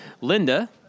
Linda